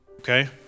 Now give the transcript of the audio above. Okay